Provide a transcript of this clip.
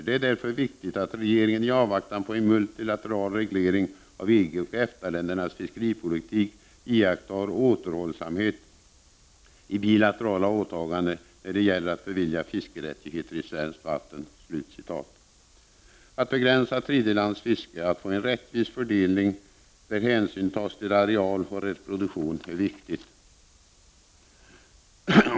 —— Det är därför viktigt att regeringen i avvaktan på en multilateral reglering av EG och EFTA-ländernas fiskepolitik iakttar återhållsamhet i bilaterala åtaganden, när det gäller att bevilja fiskerättigheter i svenska vatten.” Att begränsa tredjelandsfiske och att få en rättvis fördelning där hänsyn tas till areal och reproduktion är viktigt.